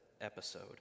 episode